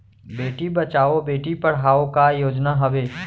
बेटी बचाओ बेटी पढ़ाओ का योजना हवे?